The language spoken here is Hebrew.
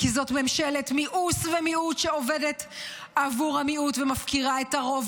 כי זאת ממשלת מיאוס ומיעוט שעובדת עבור המיעוט ומפקירה את הרוב.